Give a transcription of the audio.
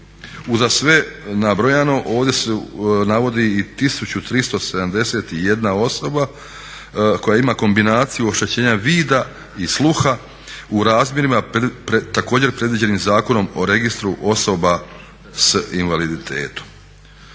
Uza sve nabrojano ovdje se navodi i 1371 osoba koja ima kombinaciju oštećenja vida i sluha u razmjerima također predviđenim Zakonom o Registru osoba s invaliditetom.